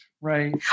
Right